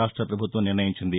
రాష్ట్రపభుత్వం నిర్ణయించింది